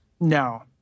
No